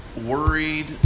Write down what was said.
worried